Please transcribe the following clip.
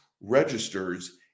registers